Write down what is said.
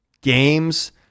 games